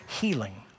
healing